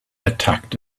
attacked